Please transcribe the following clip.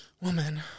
woman